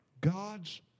God's